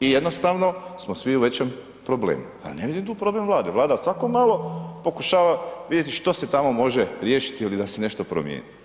i jednostavno smo svi u većem problemu, pa ne vidim tu problem Vlade, Vlada svako malo pokušava vidjeti što se tamo može riješiti ili da se nešto promijeni.